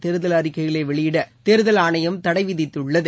தேர்தல் அறிக்கைகளை வெளியிட தேர்தல் ஆணையம் தடைவிதித்துள்ளது